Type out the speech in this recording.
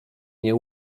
nie